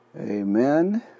amen